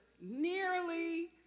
nearly